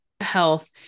health